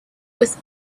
was